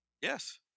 yes